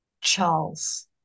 Charles